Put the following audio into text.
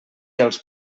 els